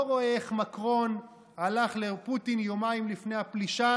לא רואה איך מקרון הלך לפוטין יומיים לפני הפלישה